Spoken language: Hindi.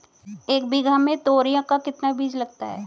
एक बीघा में तोरियां का कितना बीज लगता है?